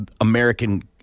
American